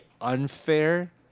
unfair